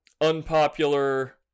unpopular